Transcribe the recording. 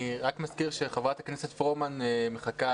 מזכיר שחברת הכנסת פרומן מחכה.